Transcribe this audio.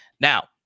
Now